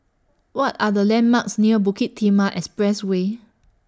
What Are The landmarks near Bukit Timah Expressway